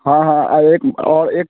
हाँ हाँ आर एक और एक